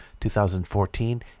2014